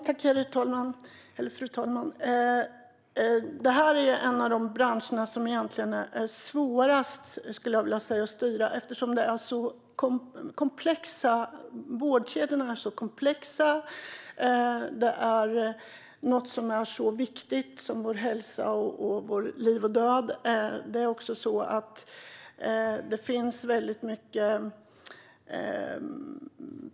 Fru talman! Jag tror att detta är en av de branscher som är svårast att styra, eftersom vårdkedjorna är så komplexa och det handlar om något så viktigt som vår hälsa och om liv och död.